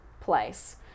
place